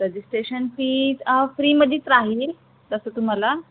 registration fee फ्रीमध्येच राहील तसं तुम्हाला